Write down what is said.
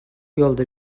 yolda